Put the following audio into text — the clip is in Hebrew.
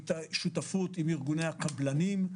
שותפות עם ארגוני הקבלנים,